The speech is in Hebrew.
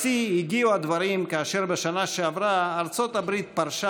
לשיא הגיעו הדברים כאשר בשנה שעברה ארצות הברית פרשה